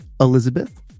Elizabeth